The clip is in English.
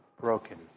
broken